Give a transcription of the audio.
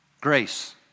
grace